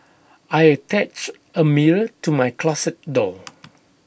I attached A mirror to my closet door